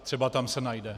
Třeba tam se najde.